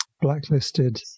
blacklisted